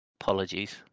Apologies